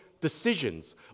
decisions